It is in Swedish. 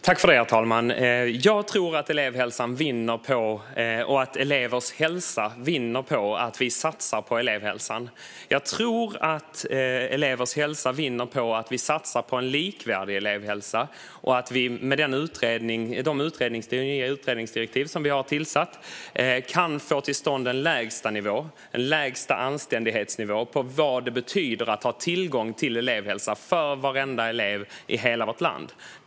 Herr talman! Jag tror att elevers hälsa vinner på att vi satsar på elevhälsan. Jag tror att elevers hälsa vinner på att vi satsar på en likvärdig elevhälsa och att vi med de nya utredningsdirektiven kan få till stånd en lägsta anständighetsnivå för vad det betyder att ha tillgång till elevhälsa för varenda elev i hela vårt land.